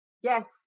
Yes